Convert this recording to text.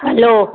hello